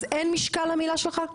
אז אין משקל למילה שלך?